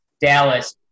Dallas